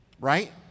right